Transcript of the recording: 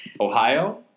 Ohio